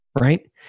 right